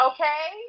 Okay